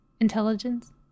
Intelligence